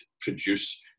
produce